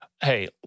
Hey